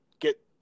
get